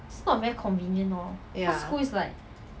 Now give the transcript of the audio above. ya